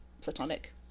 platonic